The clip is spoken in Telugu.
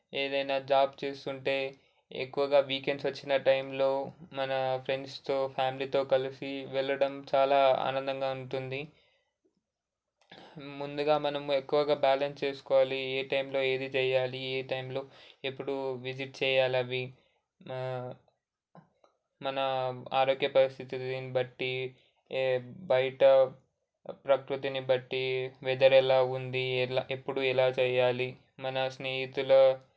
ఏదైనా జాబ్ చేస్తుంటే ఎక్కువగా వీకెండ్స్ వచ్చిన టైంలో మన ఫ్రెండ్స్తో ఫ్యామిలీతో కలిసి వెళ్ళడం చాలా ఆనందంగా ఉంటుంది ముందుగా మనం ఎక్కువగా బ్యాలెన్స్ చేసుకోవాలి ఏ టైంలో ఏది చేయాలి ఏ టైంలో ఎప్పుడు విజిట్ చేయాలవి మన ఆరోగ్య పరిస్థితిని బట్టి బయట ప్రకృతిని బట్టి వెదర్ ఎలా ఉంది ఎలా ఎప్పుడు ఎలా చేయాలి మన స్నేహితుల